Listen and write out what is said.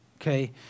Okay